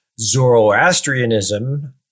Zoroastrianism